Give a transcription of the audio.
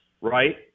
right